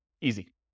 Easy